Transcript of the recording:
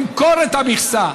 למכור את המכסה,